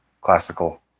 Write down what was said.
classical